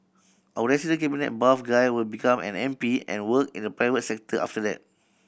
our resident cabinet buff guy will become an M P and work in the private sector after that